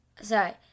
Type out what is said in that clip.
Sorry